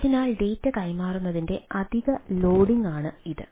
അതിനാൽ ഡാറ്റ കൈമാറുന്നതിന്റെ അധിക ലോഡിംഗാണ് ഇത്